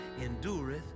endureth